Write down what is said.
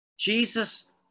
Jesus